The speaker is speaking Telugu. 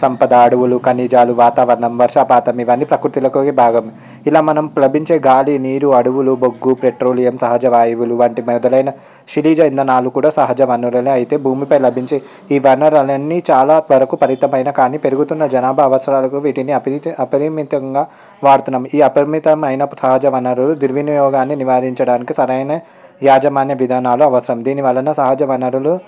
సంపద అడవులు ఖనిజాలు వాతావరం వర్షపాతం ఇవన్నీ ప్రకృతిలో ఒక భాగం ఇలా మనం లభించే గాలి నీరు అడవులు బొగ్గు పెట్రోలియం సహజవాయువులు వంటి మొదలైన ఇంధనాలు కూడా సహజ వనరులే అయితే భూమిపై లభించే ఈ వనరులన్నీ చాలా వరకు పరితపైన కానీ పెరుగుతున్న జనాభా అవసరాలకు వీటిని అపరిమితంగా వాడుతున్నాం ఈ అపరిమితమైన సహజ వనరులు దుర్వినియోగాన్ని నివారించడానికి సమయమే యాజమాన్య విధానాలు అవసరం దీనివలన సహజ వనరులు